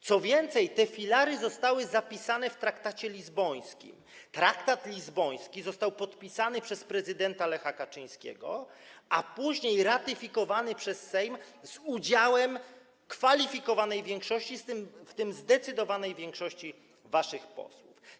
Co więcej, te filary zostały zapisane w traktacie lizbońskim, który został podpisany przez prezydenta Lecha Kaczyńskiego, a później ratyfikowany przez Sejm z udziałem kwalifikowanej większości, w tym zdecydowanej większości waszych posłów.